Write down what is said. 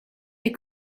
des